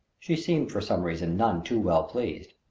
she seemed, for some reason, none too well pleased.